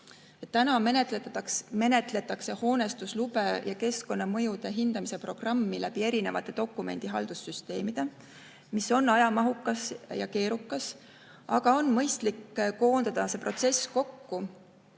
menetletakse hoonestuslube ja keskkonnamõjude hindamise programmi erinevates dokumendihaldussüsteemides, see on ajamahukas ja keerukas. Mõistlik on koondada see protsess ühtekokku,